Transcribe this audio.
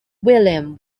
william